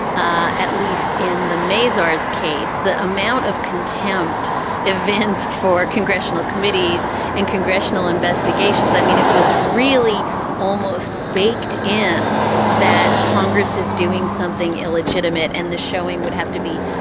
ah at least in the masers case, the amount of contempt evinced for congressional committees and congressional investigations, i mean, it was really almost beike. in that congress is doing something illegitimate. and the showing would have to be.